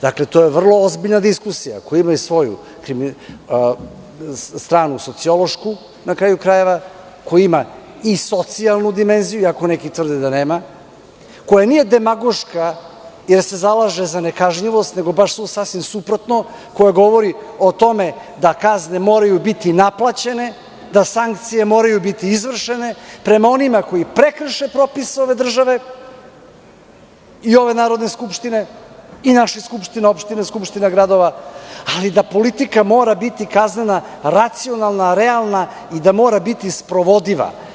Dakle, to je vrlo ozbiljna diskusija, koja ima svoju sociološku stranu, na kraju krajeva, koja ima i socijalnu dimenziju, ako neki tvrde da nema, koja nije demagoška, jer se zalaže za nekažnjivost, nego baš sasvim suprotno, koja govori o tome da kazne moraju biti naplaćene, da sankcije moraju biti izvršene, prema onima koji prekrše propis ove države i ove Narodne skupštine i naših skupština opština, skupštine gradova, ali da politika mora biti kaznena, racionalna, realna i da mora biti sprovodiva.